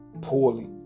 poorly